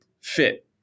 fit